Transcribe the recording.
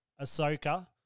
Ahsoka